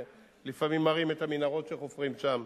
לפעמים מראים את המנהרות שחופרים שם,